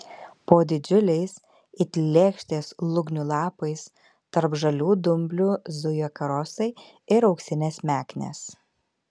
po didžiuliais it lėkštės lūgnių lapais tarp žalių dumblių zuja karosai ir auksinės meknės